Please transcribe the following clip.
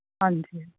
ਹਾਂਜੀ